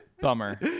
Bummer